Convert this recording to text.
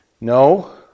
No